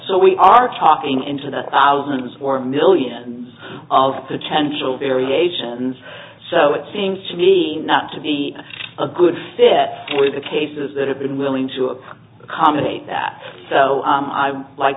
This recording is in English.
so we are talking into the thousands or millions of potential variations so it seems to me not to be a good fit with the cases that have been willing to accommodate that so